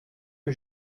que